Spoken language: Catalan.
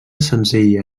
senzilla